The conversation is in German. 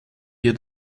hier